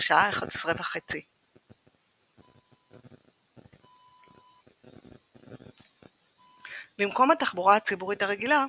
השעה 2330. במקום התחבורה הציבורית הרגילה,